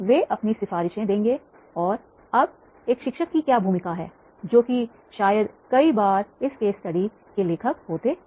वे अपनी सिफारिशें देंगे और अब एक शिक्षक की क्या भूमिका है जो कि शायद कई बार उस विशेष केस स्टडी के लेखक होते हैं